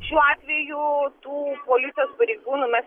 šiuo atveju tų policijos pareigūnų mes